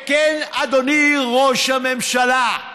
כן, אדוני ראש הממשלה,